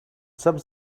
some